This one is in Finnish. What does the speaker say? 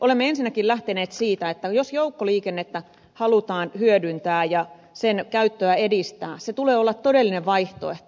olemme ensinnäkin lähteneet siitä että jos joukkoliikennettä halutaan hyödyntää ja sen käyttöä edistää sen tulee olla todellinen vaihtoehto